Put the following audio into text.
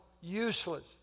useless